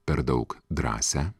per daug drąsią